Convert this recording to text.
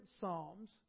Psalms